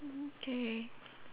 okay